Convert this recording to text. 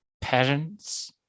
parents